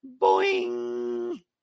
Boing